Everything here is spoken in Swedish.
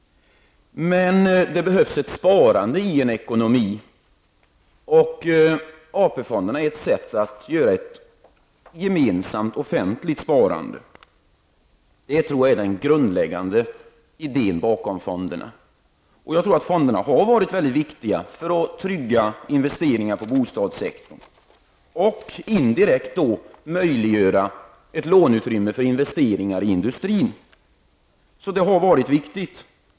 Men det behövs ett sparande i en ekonomi. AP-fonderna är ett sätt att åstadkomma ett gemensamt offentligt sparande. Det tror jag är den grundläggande idén bakom fonderna. Jag tror att fonderna har varit mycket viktiga för att trygga investeringar inom bostadssektorn och för att indirekt möjliggöra ett låneutrymme för investeringar i industrin. Det har varit viktigt.